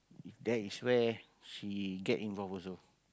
that is where she get involved also